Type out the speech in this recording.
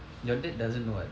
your dad doesn't know [what]